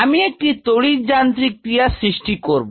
তো আমি একটি তড়িৎ যান্ত্রিক ক্রিয়া সৃষ্টি করব